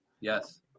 Yes